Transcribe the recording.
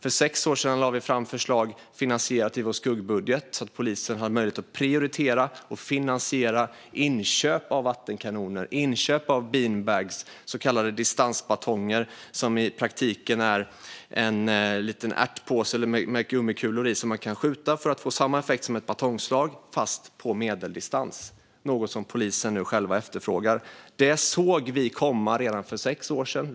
För 6 år sedan lade vi fram ett finansierat förslag i vår skuggbudget så att polisen har möjlighet att prioritera och finansiera inköp av vattenkanoner och beanbags, så kallade distansbatonger. Det är i praktiken en liten påse med gummikulor som man skjuter för att få samma effekt som ett batongslag fast på medeldistans, något som polisen nu själva efterfrågar. Det såg vi komma redan för 6 år sedan.